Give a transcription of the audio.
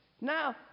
Now